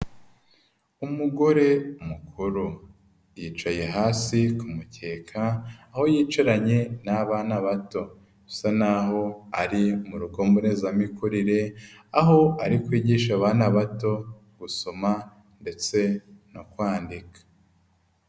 Umugore mukuru yicaye hasi ku mukeka aho yicaranye n'abana bato, bisa naho ari mu rugo mbonezamikurire, aho ari kwigisha abana bato gusoma ndetse no kwandika.